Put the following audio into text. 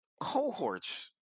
cohorts